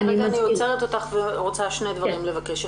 אני רוצה שני דברים לבקש.